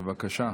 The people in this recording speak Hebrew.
בבקשה.